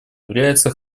является